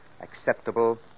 acceptable